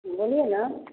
बोलिए ना